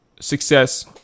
success